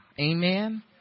amen